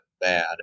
bad